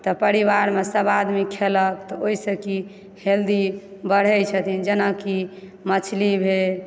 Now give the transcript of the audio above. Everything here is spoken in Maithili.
तऽ पारिवारमे सब आदमी खेलक तऽ ओहि सऽ कि हेल्दी बढ़े छथिन जेनाकि मछली भेल